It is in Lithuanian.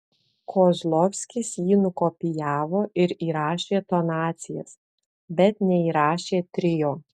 kozlovskis jį nukopijavo ir įrašė tonacijas bet neįrašė trio